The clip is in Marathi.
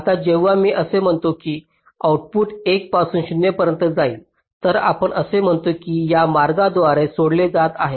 आता जेव्हा मी असे म्हणतो की आउटपुट 1 पासून 0 पर्यंत जाईल तर आपण असे म्हणतो की हे या मार्गाद्वारे सोडले जात आहे